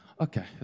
okay